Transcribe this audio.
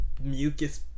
mucus